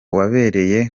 wabereye